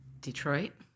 Detroit